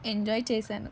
enjoy చేసాను